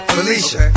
Felicia